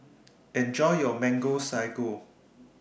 Enjoy your Mango Sago